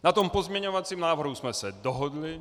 Na pozměňovacím návrhu jsme se dohodli.